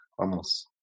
vamos